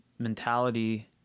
Mentality